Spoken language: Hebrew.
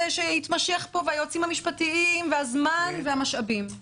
שהתמשך פה והיועצים המשפטיים והזמן והמשאבים.